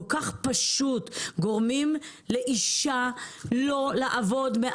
כל כך פשוט גורמים לאישה לא לעבוד יותר